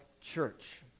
church